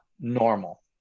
normal